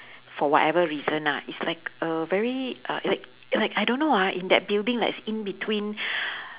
for whatever reason lah is like a very a is like is like I don't know ah in that building like is in between